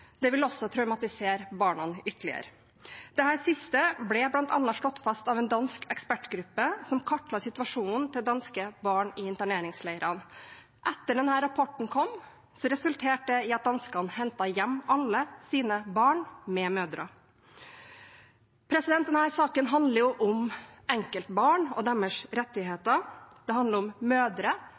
Det vil også traumatisere barna ytterligere. Dette siste ble bl.a. slått fast av en dansk ekspertgruppe som kartla situasjonen til danske barn i interneringsleirene. Etter at denne rapporten kom, resulterte det i at danskene hentet hjem alle sine barn – med mødre. Denne saken handler om enkeltbarn og deres rettigheter, den handler om mødre